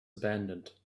abandoned